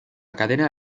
cadena